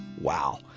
Wow